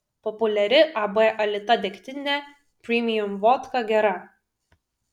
populiari ab alita degtinė premium vodka gera